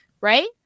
right